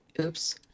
Oops